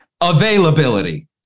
Availability